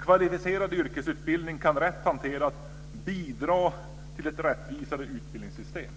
Kvalificerad yrkesutbildning kan, rätt hanterad, bidra till ett rättvisare utbildningssystem.